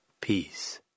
Peace